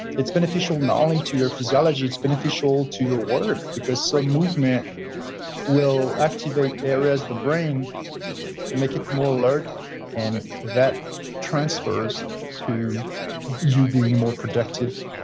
it's beneficial not only to your physiology, it's beneficial to your work because some movement will activate areas of the brain make it more alert and that transfers to you being more productive,